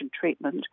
treatment